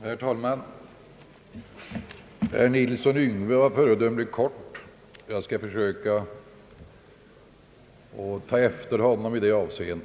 Herr talman! Herr Nilsson, Yngve, var föredömligt kortfattad och jag skall försöka ta efter honom i detta avseende.